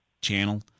channel